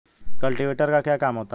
Cultivator का क्या काम होता है?